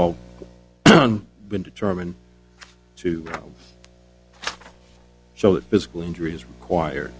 all been determined to show that physical injuries require